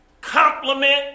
compliment